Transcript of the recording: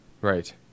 Right